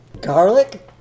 garlic